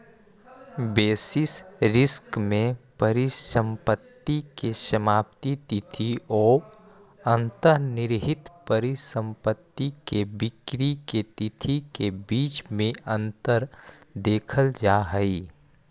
basis risk में परिसंपत्ति के समाप्ति तिथि औ अंतर्निहित परिसंपत्ति के बिक्री के तिथि के बीच में अंतर देखल जा हई